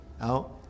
out